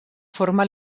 forma